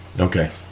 Okay